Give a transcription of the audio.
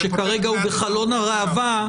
שכרגע הוא בחלון הראווה.